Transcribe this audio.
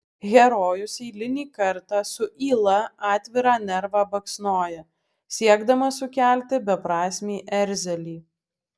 herojus eilinį kartą su yla atvirą nervą baksnoja siekdamas sukelti beprasmį erzelį